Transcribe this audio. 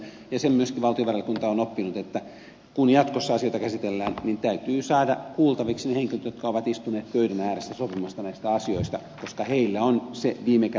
sen myöskin valtiovarainvaliokunta on oppinut että kun jatkossa asioita käsitellään niin täytyy saada kuultaviksi ne henkilöt jotka ovat istuneet pöydän ääressä sopimassa näistä asioista koska heillä on se viimekätinen ja oikein tie